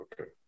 Okay